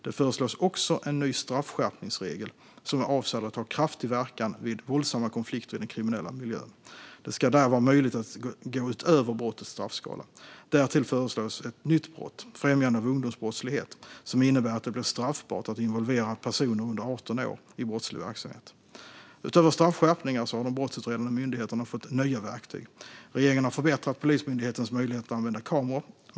Det föreslås också en ny straffskärpningsregel som är avsedd att ha kraftig verkan vid våldsamma konflikter i den kriminella miljön. Det ska där vara möjligt att gå utöver brottets straffskala. Därtill föreslås en ny brottsrubricering - främjande av ungdomsbrottslighet - som innebär att det blir straffbart att involvera personer under 18 år i brottslig verksamhet. Utöver straffskärpningar har de brottsutredande myndigheterna fått nya verktyg. Regeringen har förbättrat Polismyndighetens möjligheter att använda kameror.